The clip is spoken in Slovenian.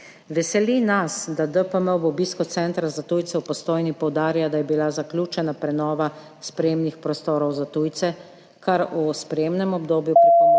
Veseli nas, da DPM ob obisku centra za tujce v Postojni poudarja, da je bila zaključena prenova sprejemnih prostorov za tujce, kar v sprejemnem obdobju pripomore